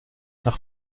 nach